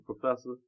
professor